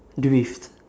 drift